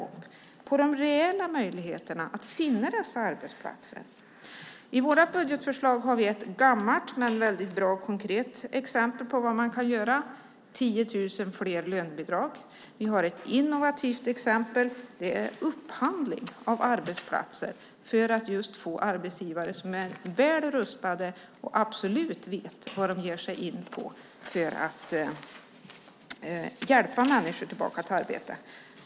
Hur ser statsrådet på de reella möjligheterna att finna dessa arbetsplatser? I vårt budgetförslag har vi ett gammalt men väldigt bra och konkret exempel på vad man kan göra, nämligen 10 000 fler lönebidrag. Vi har ett innovativt exempel, och det är upphandling av arbetsplatser för att få arbetsgivare som är väl rustade och absolut vet vad de ger sig in på för att hjälpa människor tillbaka till arbete.